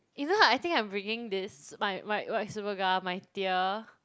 you know what I think I'm bringing this my my white Superga my tier